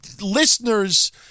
listeners